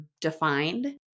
defined